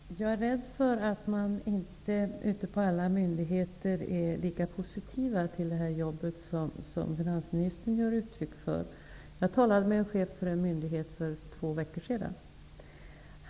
Herr talman! Jag är rädd för att man ute på de olika myndigheterna inte är lika positiv till det här jobbet som finansministern ger uttryck för. Jag talade med en chef för en myndighet för två veckor sedan.